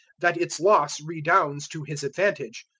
that its loss redounds to his advantage,